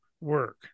work